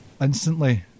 instantly